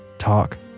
talk,